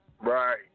Right